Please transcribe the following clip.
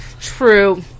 True